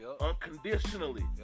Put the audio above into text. unconditionally